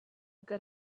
good